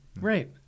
right